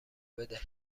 بدهید